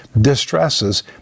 distresses